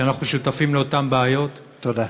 שאנחנו שותפים לאותן בעיות, תודה.